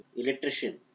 electrician